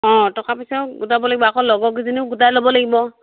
অ টকা পইচাও গোটাব লাগিব আকৌ লগৰ কেইজনীও গোটাই ল'ব লাগিব